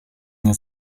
nie